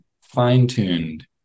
fine-tuned